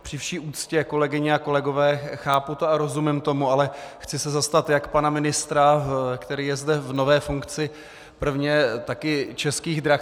Při vší úctě, kolegyně a kolegové, chápu to a rozumím tomu, ale chci se zastat jak pana ministra, který je zde v nové funkci prvně, taky Českých drah.